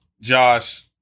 Josh